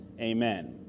amen